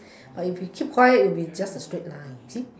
but if you keep quiet it'll be just a straight line you see